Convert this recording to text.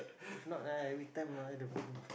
if not ah every time ah the